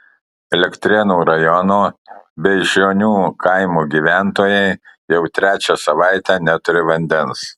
elektrėnų rajono beižionių kaimo gyventojai jau trečią savaitę neturi vandens